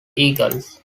eagles